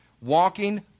Walking